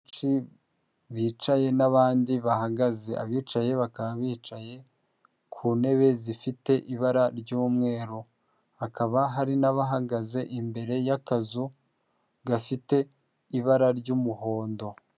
Benshi bicaye n'abandi bahagaze, abicaye bakaba bicaye ku ntebe zifite ibara ry'umweru hakaba hari n'abahagaze imbere y'akazu gafite ibara ry'umuhondo.